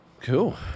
cool